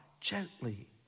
Gently